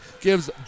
Gives